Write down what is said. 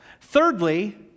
Thirdly